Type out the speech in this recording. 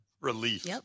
Relief